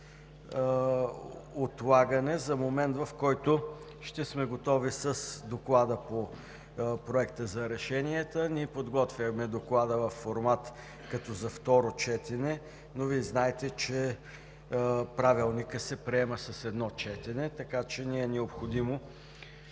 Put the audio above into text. отлагане за момент, в който ще сме готови с доклада по проектите за решения. Ние подготвяме доклада във формат като за второ четене, но Вие знаете, че Правилникът се приема на едно четене, така че ни е необходимо